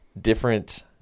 different